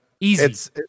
easy